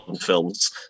films